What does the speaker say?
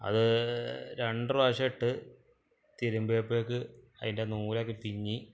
അത് രണ്ട് പ്രാവിശ്യമായിട്ട് തിരുമ്പിയപ്പോഴേക്ക് അതിൻ്റെ നൂലൊക്കെ പിന്നി